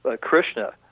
Krishna